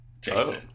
Jason